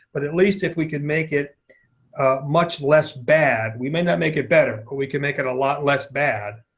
but at least if we could make it much less bad we might not make it better, but we can make it a lot less bad,